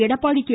Edappadi K